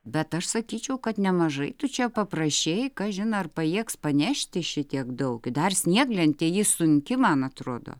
bet aš sakyčiau kad nemažai tu čia paprašei kažin ar pajėgs panešti šitiek daug dar i snieglentė jį sunki man atrodo